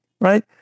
right